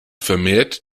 vermehrt